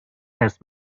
has